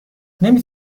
نمی